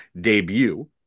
debut